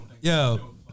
Yo